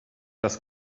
das